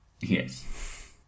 Yes